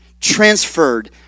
transferred